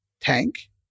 tank